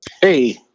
Hey